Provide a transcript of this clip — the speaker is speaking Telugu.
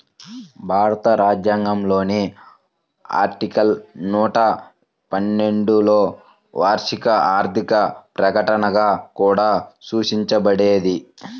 భారత రాజ్యాంగంలోని ఆర్టికల్ నూట పన్నెండులోవార్షిక ఆర్థిక ప్రకటనగా కూడా సూచించబడేది